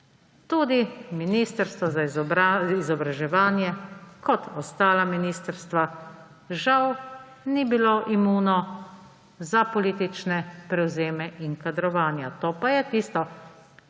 tudi Ministrstvo za izobraževanje kot ostala ministrstva žal ni bilo imuno za politične prevzeme in kadrovanja. To je pa tisto,